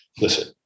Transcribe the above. listen